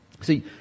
see